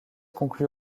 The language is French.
conclut